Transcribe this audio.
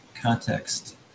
context